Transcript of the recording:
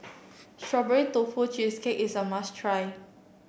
Strawberry Tofu Cheesecake is a must try